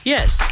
Yes